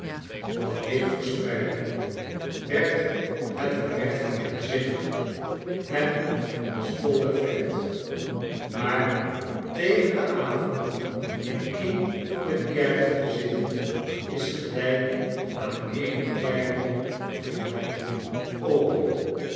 wat licht verspreidden werd het er recht geheimzinnig en was vol effect maar tegen den avond in een van de kerken te zitten is gelijk aan eene kleine hoeveelheid opium